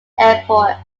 airport